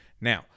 Now